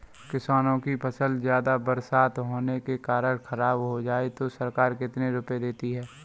किसानों की फसल ज्यादा बरसात होने के कारण खराब हो जाए तो सरकार कितने रुपये देती है?